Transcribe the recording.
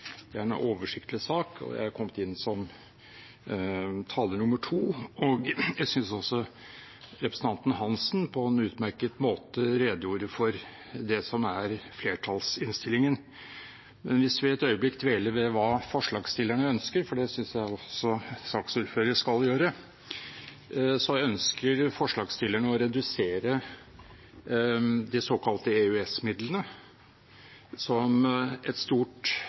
Det er en oversiktlig sak, jeg har kommet inn som taler nummer to, og jeg synes også representanten Hansen på en utmerket måte redegjorde for det som er flertallsinnstillingen. Hvis vi et øyeblikk dveler ved hva forslagsstillerne ønsker, for det synes jeg også at saksordføreren skal gjøre, så ønsker forslagsstillerne å redusere de såkalte EØS-midlene, som et stort